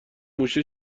موشه